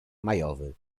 majowy